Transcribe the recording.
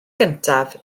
gyntaf